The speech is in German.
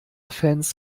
fans